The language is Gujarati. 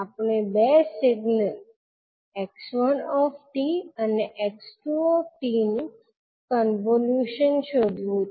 આપણે 2 સિગ્નલ 𝑥1𝑡 𝑥2𝑡 નું કોન્વોલ્યુશન શોધવું છે